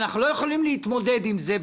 אנחנו לא יכולים להתמודד עם זה.